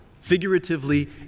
figuratively